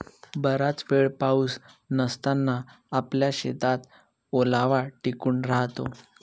बराच वेळ पाऊस नसताना आपल्या शेतात ओलावा टिकून राहतो